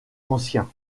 ancien